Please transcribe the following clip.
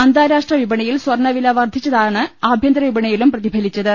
അന്താരാഷ്ട്രവി പണിയിൽ സ്വർണവില വർദ്ധിച്ചതാണ് ആഭ്യന്തരവിപണി യിലും പ്രതിഫലിച്ചത്